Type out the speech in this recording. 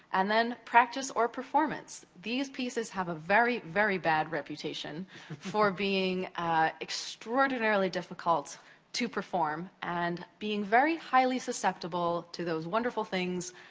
and then, practice or performance. these pieces have a very, very bad reputation for being extraordinarily difficult to perform and being very highly susceptible to those wonderful things,